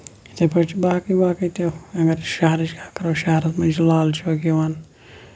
یِتھٕے پٲٹھۍ چھِ باقٕے باقٕے تہِ اَگر شَہرَس کتھ کرو شہرس منٛز چھُ لال چوک یِوان